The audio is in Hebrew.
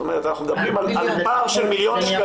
זאת אומרת אנחנו מדברים על פער של 1 מיליון